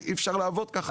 אי אפשר לעבוד כך.